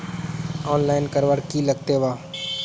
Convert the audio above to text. Online करवार की लगते वा?